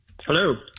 Hello